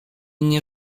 nie